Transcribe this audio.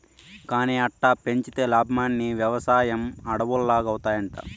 కానీ అట్టా పెంచితే లాబ్మని, వెవసాయం అడవుల్లాగౌతాయంట